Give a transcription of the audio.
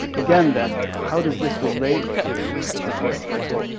again then, how does this relate to, as the course puts it,